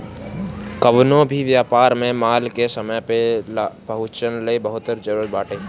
कवनो भी व्यापार में माल के समय पे पहुंचल बहुते जरुरी बाटे